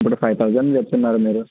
ఇప్పుడు five thousand చెప్తున్నారు మీరు